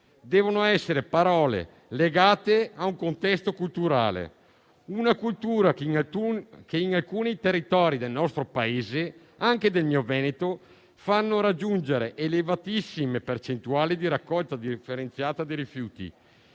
devono essere parole legate a un contesto culturale. Una cultura che in alcuni territori del nostro Paese, anche del mio Veneto, fa raggiungere elevatissime percentuali di raccolta differenziata dei rifiuti;